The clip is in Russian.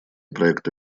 проекта